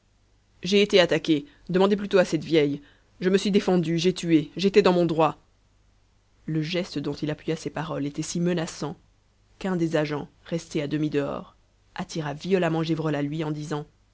j'ai été attaqué demandez plutôt à cette vieille je me suis défendu j'ai tué j'étais dans mon droit le geste dont il appuya ces paroles était si menaçant qu'un des agents resté à demi dehors attira violemment gévrol à lui en disant